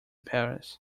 paris